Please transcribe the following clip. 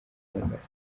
mombasa